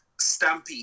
Stampy